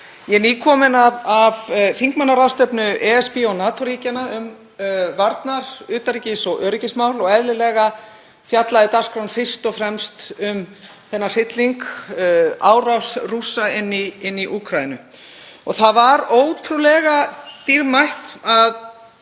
Ég er nýkomin af þingmannaráðstefnu ESB og NATO-ríkjanna um varnar-, utanríkis- og öryggismál og eðlilega fjallaði dagskráin fyrst og fremst um þennan hrylling, árás Rússa í Úkraínu. Það var ótrúlega dýrmætt að